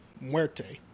Muerte